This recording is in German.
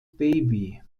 baby